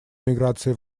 миграции